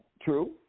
True